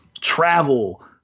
travel